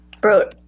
bro